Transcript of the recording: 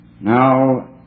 Now